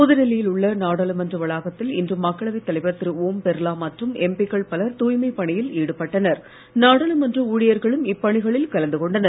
புதுடெல்லியில் உள்ள நாடாளுமன்ற வளாகத்தில் இன்று மக்களவை தலைவர் திரு ஓம் பிர்லா மற்றும் எம்பிக்கள் பலர் தூய்மை பணியில் நாடாளுமன்ற ஊழியர்களும் இப்பணிகளில் கலந்து ஈடுபட்டனர்